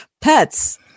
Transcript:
Pets